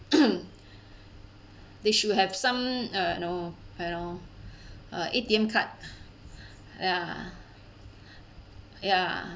they should have some uh you know you know uh A_T_M card ya ya